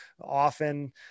often